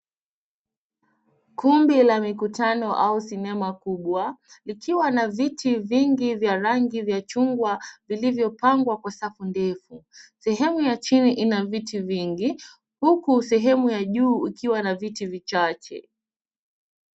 Kumbi la mikutano au sinema kubwa ikiwa na viti vingi vya rangi vya chungwa vilivyopangwa kwa safu ndefu. Sehemu ya chini ina viti vingi huku sehemu ya juu ikiwa na viti vichache.